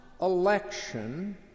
election